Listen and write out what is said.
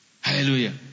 Hallelujah